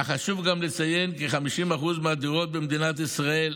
אך חשוב גם לציין כי כ-50% מהדירות במדינת ישראל,